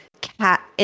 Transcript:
cat